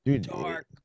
dark